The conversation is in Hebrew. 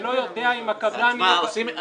שאני לא יודע אם הקבלן --- אדוני,